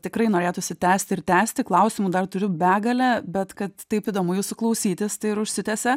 tikrai norėtųsi tęsti ir tęsti klausimų dar turiu begalę bet kad taip įdomu jūsų klausytis tai ir užsitęsė